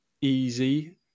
easy